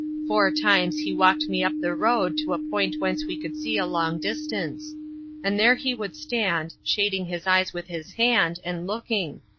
four times he walked me up the road to a point whence we could see a long distance and there he would stand, shading his eyes with his hand, and looking.